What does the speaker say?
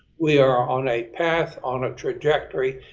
we are on a path, on a trajectory,